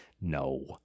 No